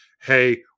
Hey